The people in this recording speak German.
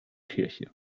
kirche